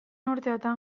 urteotan